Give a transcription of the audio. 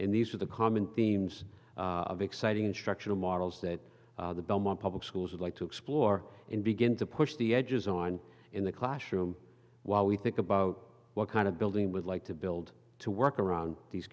and these are the common themes of exciting instructional models that the belmont public schools like to explore and begin to push the edges on in the classroom while we think about what kind of building would like to build to work around these